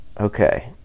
Okay